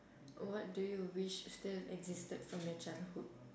oh what do you wish to still existed from your childhood